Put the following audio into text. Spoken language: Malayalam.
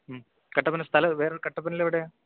മ്മ് കട്ടപ്പന സ്ഥലം വേറെ കട്ടപ്പനയിലെവിടെയാണ്